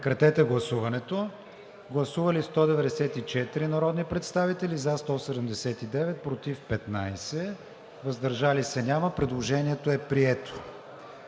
режим на гласуване. Гласували 194 народни представители: за 179, против 15, въздържали се няма. Предложението е прието.